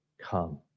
come